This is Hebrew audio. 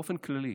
באופן כללי,